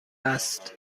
است